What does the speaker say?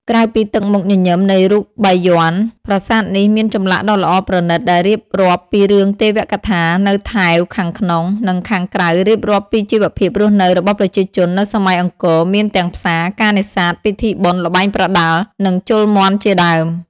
ក្រៅពីទឹកមុខញញឹមនៃរូបបាយ័ន ប្រាសាទនេះមានចម្លាក់ដ៏ល្អប្រណីត ដែលរៀបរាប់ពីរឿងទេវកថានៅថែវខាងក្នុង និងខាងក្រៅរៀបរាប់ពីជីវភាពរស់នៅរបស់ប្រជាជននៅសម័យអង្គរមានទាំងផ្សារ ការនេសាទ ពិធីបុណ្យ ល្បែងប្រដាល់ និងជល់មាន់ជាដើម។